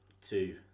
two